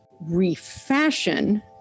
refashion